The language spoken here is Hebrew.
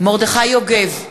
מרדכי יוגב,